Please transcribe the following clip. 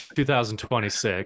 2026